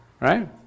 right